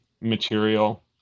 material